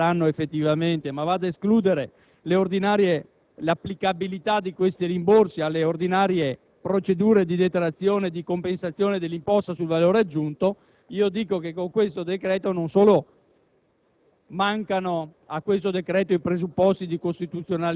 2, esclude non solo i rimborsi, che vedremo quando saranno effettivi, ma l'applicabilità di questi rimborsi alle ordinarie procedure di detrazione e di compensazione dell'imposta sul valore aggiunto, dico che a questo decreto non solo